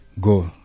go